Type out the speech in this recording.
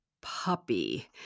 puppy